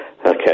Okay